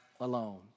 alone